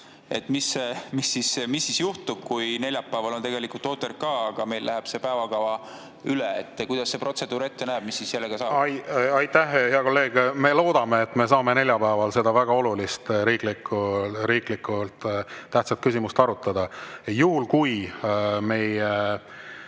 Mis siis juhtub, kui neljapäeval [peaks] olema OTRK, aga meil [lükkub] päevakava üle [neljapäeva]? Kuidas see protseduur ette näeb, mis siis sellega saab? Aitäh, hea kolleeg! Me loodame, et me saame neljapäeval seda väga olulist, riiklikult tähtsat küsimust arutada. Juhul kui meie